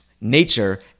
nature